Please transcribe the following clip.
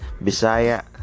Bisaya